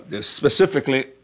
specifically